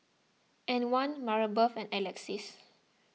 Antwan Marybeth and Alexis